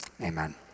Amen